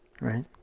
Right